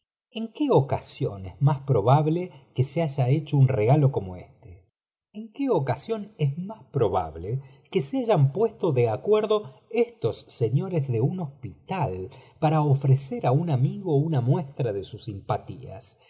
en qué ocasión es más probable que se haya heí tm re ak orno éste en qué ocasión es ni probable que se hayan puesto de acuerdo esos señores de un hospital para ofrecer á un amio una muestra de sus simpatías